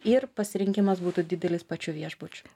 ir pasirinkimas būtų didelis pačių viešbučių